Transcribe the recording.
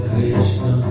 Krishna